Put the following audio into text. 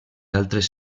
altres